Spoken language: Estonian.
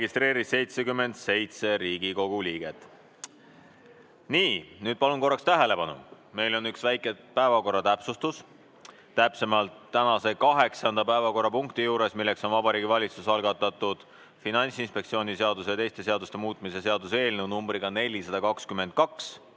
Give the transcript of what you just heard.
registreerus 77 Riigikogu liiget. Nii, nüüd palun korraks tähelepanu. Meil on üks väike päevakorra täpsustus. Tänase kaheksanda päevakorrapunkti juures, milleks on Vabariigi Valitsuse algatatud Finantsinspektsiooni seaduse ja teiste seaduste muutmise seaduse eelnõu 422